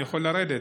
אני יכול לרדת.